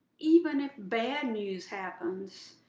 even if bad news happens,